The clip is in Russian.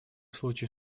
случае